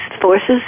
forces